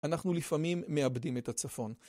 אנחנו לפעמים מאבדים את הצפון.